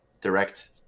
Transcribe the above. direct